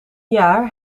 jaar